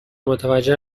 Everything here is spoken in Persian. متوجه